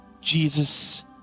Jesus